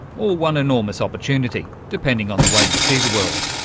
or one enormous opportunity, depending on the way you see the world.